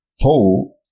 Four